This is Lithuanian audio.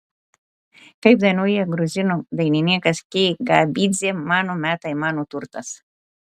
kaip dainuoja gruzinų dainininkas kikabidzė mano metai mano turtas